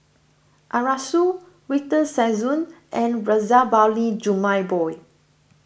Arasu Victor Sassoon and Razabali Jumabhoy